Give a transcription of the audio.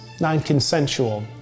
non-consensual